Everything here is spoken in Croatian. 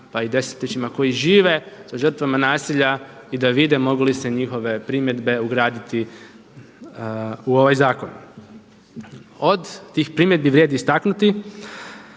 pa i desetljećima, koji žive sa žrtvama nasilja i da vide mogu li se njihove primjedbe ugraditi u ovaj zakon. Od tih primjedbi vrijedi istaknuti,